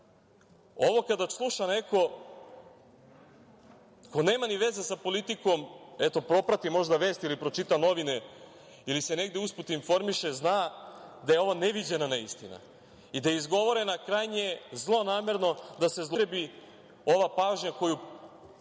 Ovo kada sluša neko ko nema ni veze sa politikom, eto, proprati možda vesti ili pročita novine, ili se negde uz put informiše, zna da je ovo neviđena neistina i da je izgovorena krajnje zlonamerno, da se zloupotrebi ova pažnja koju